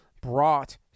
brought